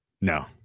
No